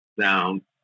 down